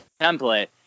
template